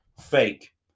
fake